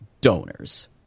donors